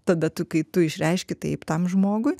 tada tu kai tu išreiški taip tam žmogui